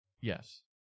Yes